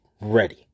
ready